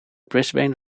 brisbane